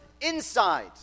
inside